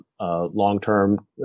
long-term